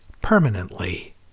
Permanently